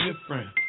different